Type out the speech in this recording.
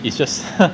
it's just